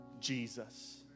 Jesus